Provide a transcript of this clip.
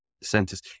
centers